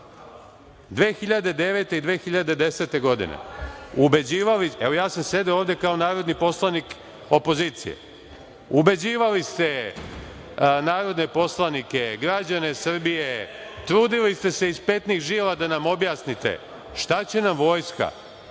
ste nas… Evo, ja sam sedeo ovde kao narodni poslanik opozicije. Ubeđivali ste narodne poslanike, građane Srbije. Trudili ste se iz petnih žila da nam objasnite šta će nam vojska,